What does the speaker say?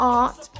art